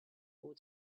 will